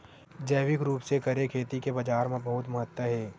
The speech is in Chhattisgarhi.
जैविक रूप से करे खेती के बाजार मा बहुत महत्ता हे